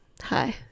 hi